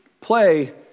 Play